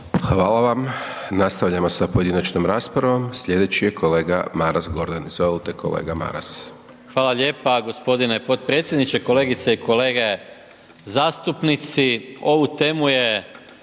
Hvala vam. Nastavljamo sa pojedinačnom raspravom, sljedeći je kolega Maras Gordan. Izvolite kolega Maras. **Maras, Gordan (SDP)** Hvala lijepa gospodine podpredsjedniče, kolegice i kolege zastupnici. Ovu temu je